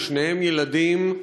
לשניהם ילדים,